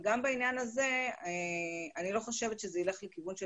וגם בעניין הזה אני לא חושבת שזה ילך לכיוון של